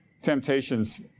Temptations